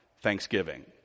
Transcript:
Thanksgiving